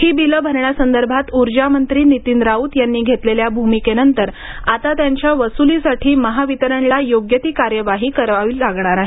ही बिलं भरण्यासंदर्भात ऊर्जामंत्री नीतीन राऊत यांनी घेतलेल्या भूमिकेनंतर आता त्यांच्या वसुलीसाठी महावितरणला योग्य ती कार्यवाही करावी लागणार आहे